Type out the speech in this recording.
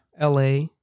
LA